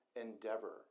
endeavor